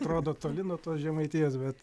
atrodo toli nuo tos žemaitijos bet